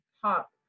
top